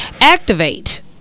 Activate